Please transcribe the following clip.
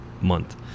month